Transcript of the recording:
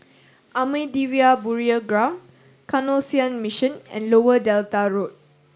Ahmadiyya Burial Ground Canossian Mission and Lower Delta Road